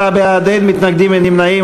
64 בעד, אין מתנגדים ואין נמנעים.